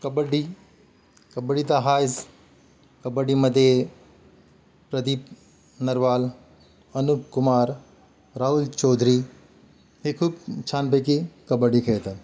कबड्डी कबड्डी तर आहेच कबड्डीमध्ये प्रदीप नरवाल अनूप कुमार राहुल चौधरी हे खूप छानपैकी कबड्डी खेळतात